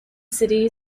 city